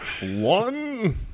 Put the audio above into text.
one